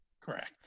correct